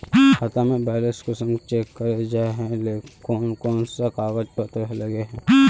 खाता में बैलेंस कुंसम चेक करे जाय है कोन कोन सा कागज पत्र लगे है?